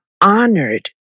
honored